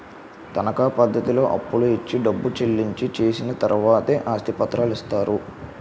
తనకా పద్ధతిలో అప్పులు ఇచ్చి డబ్బు చెల్లించి చేసిన తర్వాతే ఆస్తి పత్రాలు ఇస్తారు